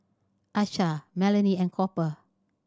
Achsah Melony and Cooper